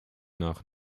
nach